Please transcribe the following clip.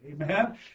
Amen